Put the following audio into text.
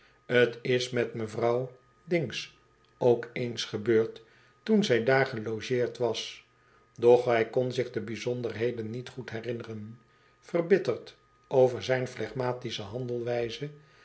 t is met mevrouw dings ook eens gebeurd toen zij daar gelogeerd was doch h kon zich de bijzonderheden niet goed herinneren verbitterd over zijn flegmatische